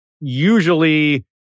usually